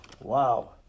Wow